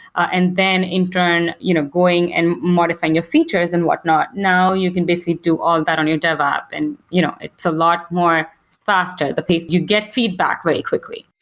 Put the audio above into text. and then in turn you know going and modifying your features and whatnot. now you can basically do all that on your dev op and you know it's a lot more faster, the pace you get feedback very quickly.